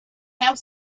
have